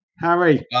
Harry